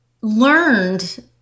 learned